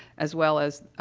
as well as, ah,